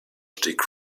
stieg